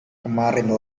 kemarin